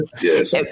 yes